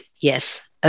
Yes